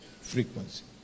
frequency